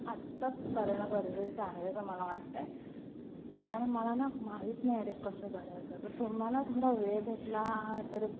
आत्ताच करणं गरजेचं आहे असं मला वाटत आहे आणि मला ना माहीत नाही ते कसं करायचं तर तुम्हाला थोडा वेळ भेटला तर